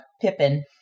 Pippin